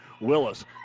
Willis